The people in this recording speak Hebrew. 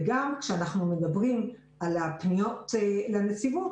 כשאנחנו מדברים על הפניות לנציבות,